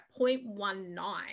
0.19